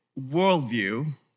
worldview